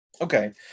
Okay